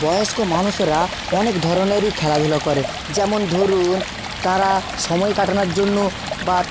বয়েস্ক মানুষেরা অনেক ধরণেরই খেলাধুলো করে যেমন ধরুন তারা সময় কাটানোর জন্য বা